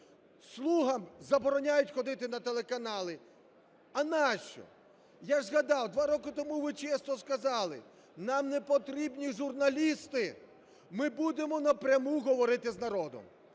"Слугам" забороняють ходити на телеканали, а нащо? Я ж згадав, 2 роки тому ви чесно сказали, нам непотрібні журналісти, ми будемо напряму говорити з народом.